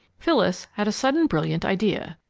phyllis had a sudden brilliant idea.